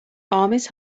armies